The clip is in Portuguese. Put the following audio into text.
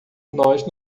nós